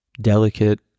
delicate